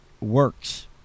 works